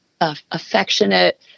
affectionate